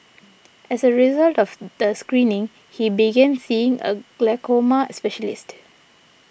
as a result of the screening he began seeing a glaucoma specialist